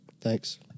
Thanks